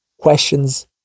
Questions